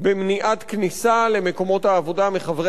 כניסה למקומות העבודה מחברי הוועד,